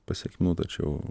pasekmių tačiau